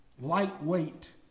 lightweight